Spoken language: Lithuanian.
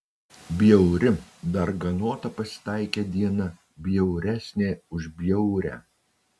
bjauri darganota pasitaikė diena bjauresnė už bjaurią